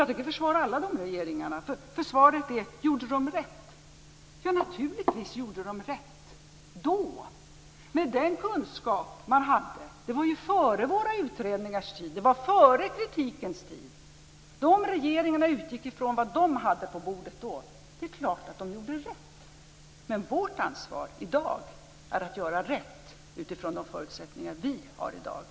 Jag tänker försvara alla dessa regeringar, för svaret på frågan om de gjorde rätt är att de naturligtvis gjorde rätt då, med den kunskap de hade. Detta var ju före våra utredningars tid och före kritikens tid. Dessa regeringar utgick ifrån vad de hade på bordet då. Det är klart att de gjorde rätt, men vårt ansvar i dag är att göra rätt utifrån de förutsättningar som vi har i dag.